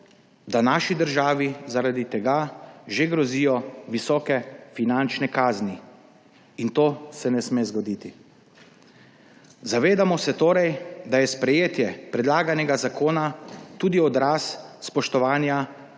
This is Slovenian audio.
da naši državi zaradi tega že grozijo visoke finančne kazni. In to se ne sme zgoditi. Zavedamo se torej, da je sprejetje predlaganega zakona tudi odraz spoštovanja